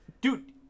dude